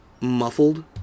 muffled